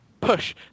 push